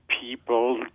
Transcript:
People